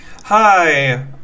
Hi